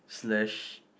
slash